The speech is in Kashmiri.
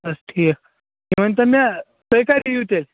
حظ ٹھیٖک یہِ ؤنۍتو مےٚ تُہۍ کَر یِیِو تیٚلہِ